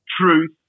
truth